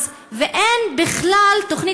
ואין בכלל תוכנית,